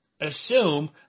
assume